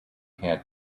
had